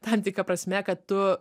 tam tikra prasme kad tu